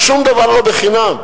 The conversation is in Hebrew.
שום דבר לא בחינם.